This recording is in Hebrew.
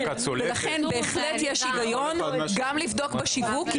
ולכן בהחלט יש היגיון גם לבדוק בשיווק.